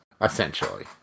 essentially